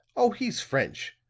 oh, he's french,